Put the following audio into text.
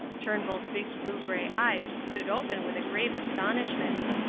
turnbull's big blue-grey eyes stood open with a grave astonishment.